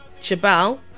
Chabal